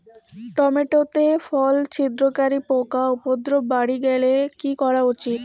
Tomato তে ফল ছিদ্রকারী পোকা উপদ্রব বাড়ি গেলে কি করা উচিৎ?